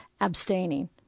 abstaining